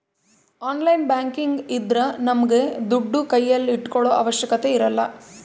online banking ಇದ್ರ ನಮ್ಗೆ ದುಡ್ಡು ಕೈಲಿ ಇಟ್ಕೊಳೋ ಅವಶ್ಯಕತೆ ಇರಲ್ಲ